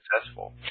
successful